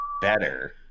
better